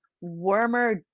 warmer